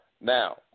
Now